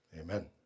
Amen